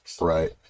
Right